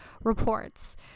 reports